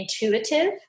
intuitive